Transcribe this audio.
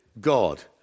God